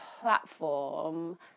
platform